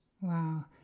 wow